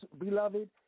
beloved